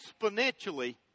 exponentially